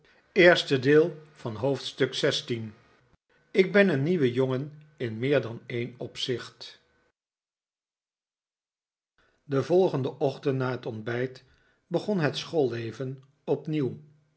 ik ben een nieuwe jongen in meer dan een opzicht den volgenden ochtend na het ontbijt begon het schoolleven opnieuw